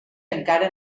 encara